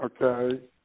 Okay